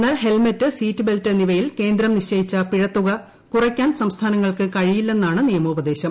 എന്നാൽ helmet seat belt എന്നിവയിൽ കേന്ദ്രം നിശ്ചയിച്ച പിഴത്തുക കുറയ്ക്കാൻ സംസ്ഥാനങ്ങൾക്ക് കഴിയില്ലെന്നാണ് നിയമോപദേശം